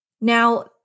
Now